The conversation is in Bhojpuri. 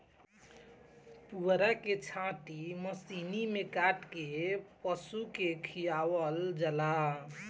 पुअरा के छाटी मशीनी में काट के पशु के खियावल जाला